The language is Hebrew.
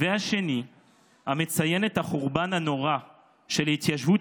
השני מציין את החורבן הנורא של ההתיישבות